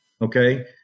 okay